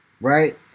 right